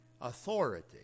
authority